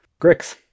Grix